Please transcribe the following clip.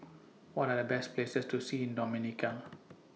What Are The Best Places to See in Dominica